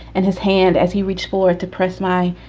and his hand as he reached for it, depress my.